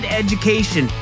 education